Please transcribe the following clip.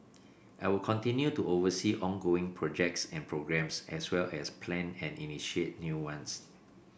I will continue to oversee ongoing projects and programmes as well as plan and initiate new ones